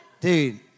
Dude